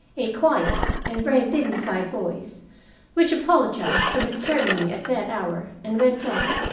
a quiet and very dignified voice which apologized for disturbing me at that hour, and went on